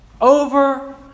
over